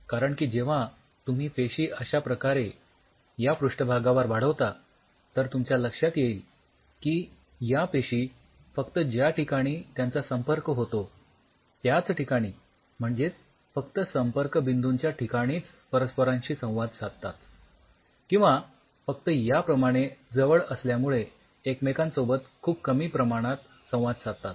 कारण की जेव्हा तुम्ही पेशी अश्या प्रकारे या पृष्ठभागावर वाढवता तर तुमच्या लक्षात येईल की या पेशी फक्त ज्या ठिकाणी त्यांचा संपर्क होतो त्याच ठिकाणी म्हणजेच फक्त संपर्कबिंदूंच्या ठिकाणीच परस्परांशी संवाद साधतात किंवा फक्त याप्रमाणे जवळ असल्यामुळे एकमेकांसोबत खूप कमी प्रमाणात संवाद साधतात